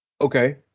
Okay